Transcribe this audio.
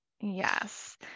Yes